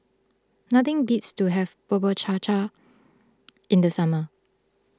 nothing beats to having Bubur Cha Cha in the summer